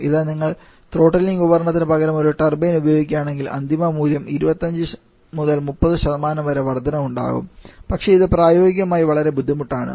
ഇത് നിങ്ങൾ ത്രോട്ടിലിംഗ് ഉപകരണത്തിന് പകരം ഒരു ടർബൈൻ ഉപയോഗിക്കുകയാണെങ്കിൽ അന്തിമ മൂല്യത്തിൽ 25 മുതൽ 30 വരെ വർദ്ധനവുണ്ടാകും പക്ഷേ ഇത് പ്രായോഗികമായി വളരെ ബുദ്ധിമുട്ടാണ്